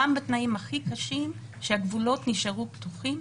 גם בתנאים הכי קשים הגבולות נשארו פתוחים,